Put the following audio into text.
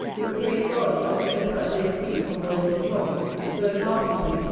would praise god he had spent that day free from worldly trouble both harmlessly,